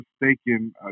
mistaken